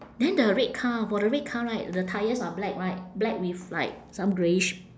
then the red car for the red car right the tyres are black right black with like some greyish